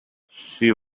she